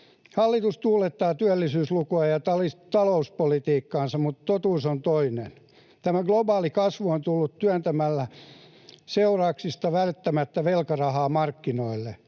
Hallitus tuulettaa työllisyyslukuja ja talouspolitiikkaansa, mutta totuus on toinen. Tämä globaali kasvu on tullut työntämällä seurauksista välittämättä velkarahaa markkinoille.